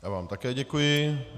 Já vám také děkuji.